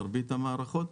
מרבית המערכות,